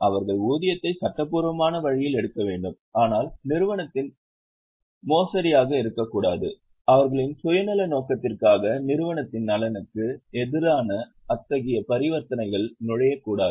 அவர்கள் ஊதியத்தை சட்டபூர்வமான வழியில் எடுக்க வேண்டும் ஆனால் நிறுவனத்தின் மோசடியாக இருக்கக்கூடாது அவர்களின் சுயநல நோக்கத்திற்காக நிறுவனத்தின் நலனுக்கு எதிரான இத்தகைய பரிவர்த்தனைகளில் நுழையக்கூடாது